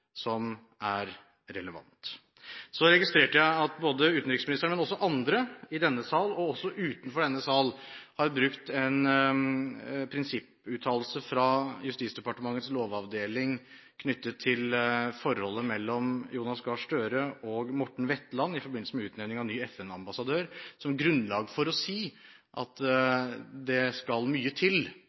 som er relevant. Så registrerer jeg at både utenriksministeren og andre – i denne sal og utenfor denne sal – har brukt en prinsipputtalelse fra Justisdepartementets lovavdeling knyttet til forholdet mellom Jonas Gahr Støre og Morten Wetland i forbindelse med utnevning av ny FN-ambassadør som grunnlag for å si at det skal mye til